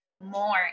more